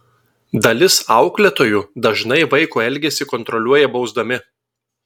dalis auklėtojų dažnai vaiko elgesį kontroliuoja bausdami